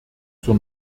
zur